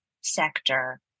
sector